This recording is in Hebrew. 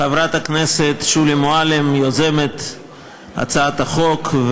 חברת הכנסת שולי מועלם יוזמת הצעת החוק,